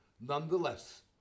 Nonetheless